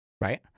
right